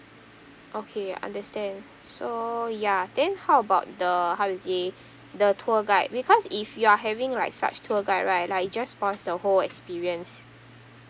okay understand so ya then how about the how to say the tour guide because if you are having like such tour guide right like it just spoils the whole experience